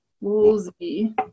Woolsey